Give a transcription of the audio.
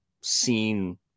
seen